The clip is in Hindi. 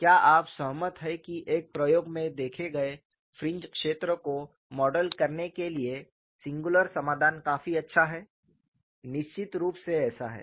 क्या आप सहमत हैं कि एक प्रयोग में देखे गए फ्रिंज क्षेत्र को मॉडल करने के लिए सिंगुलर समाधान काफी अच्छा है निश्चित रूप से ऐसा है